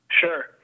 Sure